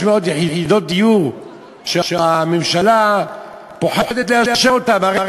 יחידות דיור שהממשלה פוחדת לאשר אותן.